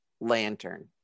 lantern